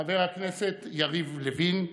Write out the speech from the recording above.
חבר הכנסת יריב לוין,